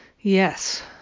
Yes